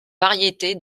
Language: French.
variété